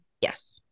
Yes